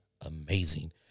amazing